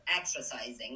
exercising